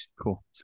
Cool